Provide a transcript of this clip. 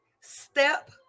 Step